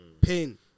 pain